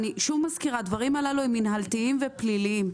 אני שוב מזכירה שהדברים הללו הם מינהלתיים ופליליים.